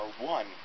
one